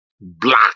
black